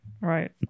Right